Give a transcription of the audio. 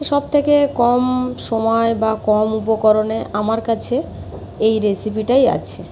সব থেকে কম সময় বা কম উপকরণে আমার কাছে এই রেসিপিটাই আছে